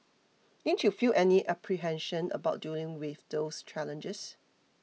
didn't you feel any apprehension about dealing with those challenges